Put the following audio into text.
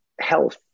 health